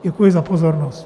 Děkuji za pozornost.